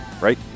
right